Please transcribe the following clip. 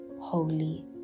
holy